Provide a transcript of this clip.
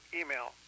email